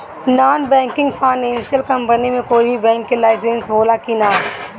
Non banking financial company मे कोई भी बैंक के लाइसेन्स हो ला कि ना?